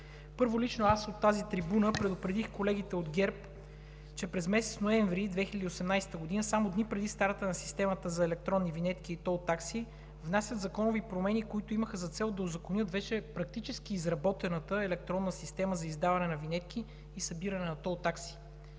Първо, лично аз от тази трибуна предупредих колегите от ГЕРБ, че през месец ноември 2018 г., само дни преди старта на системата за електронни винетки и тол такси, внасят законови промени, които имат за цел да узаконят вече практически изработената електронна система за издаване на винетки и събиране на тол такси.